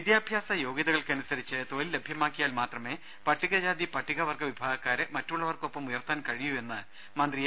വിദ്യാഭ്യാസ യോഗൃതകൾക്കനുസരിച്ച് തൊഴിൽ ലഭ്യമാക്കിയാൽ മാത്രമേ പട്ടികജാതി പട്ടികവർഗ വിഭാഗക്കാരെ മറ്റുള്ളവർക്കൊപ്പം ഉയർത്താൻ കഴിയൂ എന്ന് മന്ത്രി എ